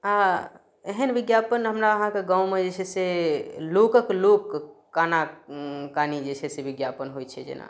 आ एहन विज्ञापन हमरा अहाँ कऽ गाँवमे जे छै से लोकक लोक काना कानी जे छै से विज्ञापन होयत छै जेना